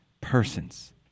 persons